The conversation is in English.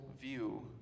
view